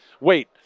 wait